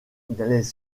les